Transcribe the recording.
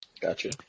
Gotcha